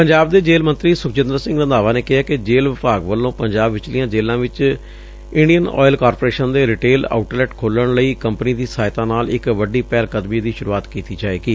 ਪੰਜਾਬ ਦੇ ਜੇਲੁ ਮੰਤਰੀ ਸੁਖਜਿੰਦਰ ਸਿੰਘ ਰੰਧਾਵਾਂ ਨੇ ਕਿਹੈ ਕਿ ਜੇਲੁ ਵਿਭਾਗ ਵੱਲੋਂ ਪੰਜਾਬ ਵਿਚਲੀਆਂ ਜੇਲੁਾਂ ਵਿਚ ਇੰਡੀਆ ਆਇਲ ਕਾਰਪੋਰੇਸ਼ਨ ਦੇ ਰਿਟੇਲ ਆਊਟਲੈਟ ਖੋਲੁਣ ਲਈ ਕੰਪਨੀ ਦੀ ਸਹਾਇਤਾ ਨਾਲ ਇਕ ਵੱਡੀ ਪਹਿਲ ਕਦਮੀ ਦੀ ਸੁਰੂਆਤ ਕੀਤੀ ਜਾਏਗੀ